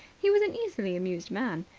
he was an easily amused man.